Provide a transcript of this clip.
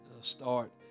start